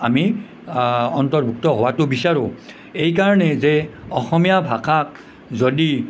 আমি অন্তৰ্ভুক্ত হোৱাটো বিচাৰোঁ এই কাৰণেই যে অসমীয়া ভাষাক যদি